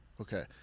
Okay